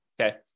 okay